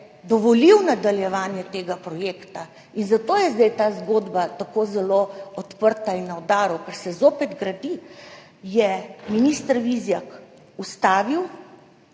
dovolil nadaljevanje tega projekta in je zato zdaj ta zgodba tako zelo odprta in na udaru, ker se zopet gradi, je minister Vizjak ustavil